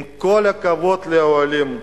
עם כל הכבוד לאוהלים,